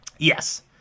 Yes